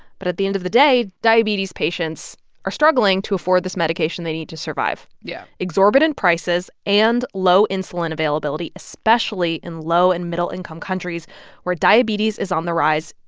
but at the end of the day, diabetes patients are struggling to afford this medication they need to survive yeah exorbitant prices and low insulin availability, especially in low and middle-income countries where diabetes is on the rise,